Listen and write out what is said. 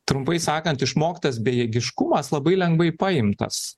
trumpai sakant išmoktas bejėgiškumas labai lengvai paimtas